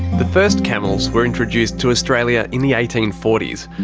the first camels were introduced to australia in the eighteen forty s,